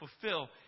fulfill